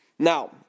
Now